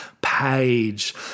Page